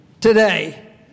today